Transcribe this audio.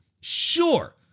Sure